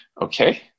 Okay